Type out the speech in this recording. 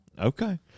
Okay